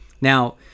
Now